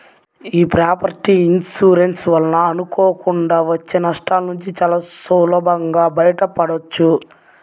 యీ property insurance వలన అనుకోకుండా వచ్చే నష్టాలనుంచి చానా సులభంగా బయటపడొచ్చు